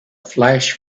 flash